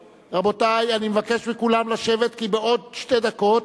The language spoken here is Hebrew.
רבותי, אני מבקש מכולם לשבת כי בעוד שתי דקות